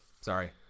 Sorry